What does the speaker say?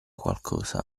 qualcosa